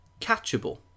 catchable